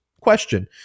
Question